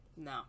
no